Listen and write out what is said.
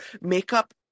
makeup